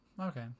okay